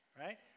right